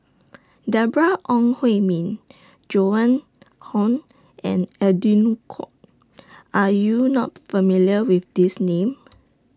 Deborah Ong Hui Min Joan Hon and Edwin Koek Are YOU not familiar with These Names